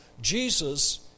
Jesus